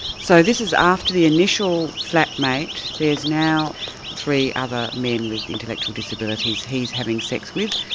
so this is after the initial flatmate, there's now three other men with intellectual disabilities he's having sex with.